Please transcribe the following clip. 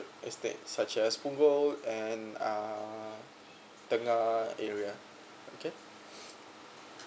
estate such as ponggol and uh tengah area okay